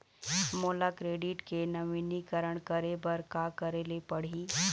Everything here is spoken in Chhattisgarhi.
मोला क्रेडिट के नवीनीकरण करे बर का करे ले पड़ही?